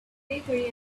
bakery